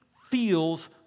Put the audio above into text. feels